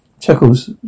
Chuckles